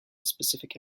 specific